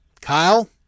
Kyle